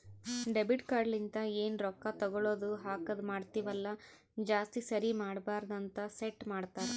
debit card ಲಿಂತ ಎನ್ ರೊಕ್ಕಾ ತಗೊಳದು ಹಾಕದ್ ಮಾಡ್ತಿವಿ ಅಲ್ಲ ಜಾಸ್ತಿ ಸರಿ ಮಾಡಬಾರದ ಅಂತ್ ಸೆಟ್ ಮಾಡ್ತಾರಾ